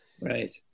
Right